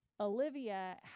Olivia